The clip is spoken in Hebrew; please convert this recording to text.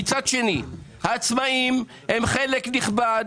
מצד שני, העצמאים הם חלק נכבד.